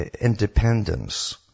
independence